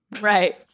right